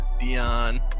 Dion